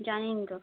জানেনই তো